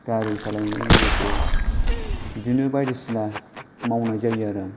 गारि सालायनायजों लोगोसे बिदिनो बायदिसिना मावनाय जायो आरो आं